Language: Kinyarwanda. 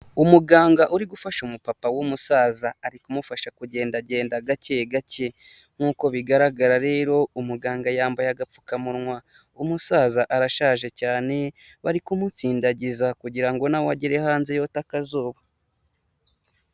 Umuganga uri gufasha umupapa w'umusaza, ari kumufasha kugendagenda gake gake nk'uko bigaragara rero umuganga yambaye agapfukamunwa, umusaza arashaje cyane, bari kumutsindagiza kugira ngo nawe agere hanze yote akazuba.